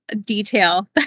detail